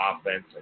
offense